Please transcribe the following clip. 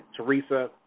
Teresa